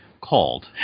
called